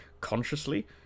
consciously